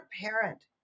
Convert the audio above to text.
parent